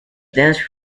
dance